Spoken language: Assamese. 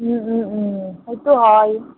সেইটো হয়